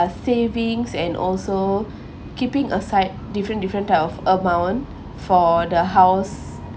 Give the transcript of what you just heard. savings and also keeping aside different different type of amount for the house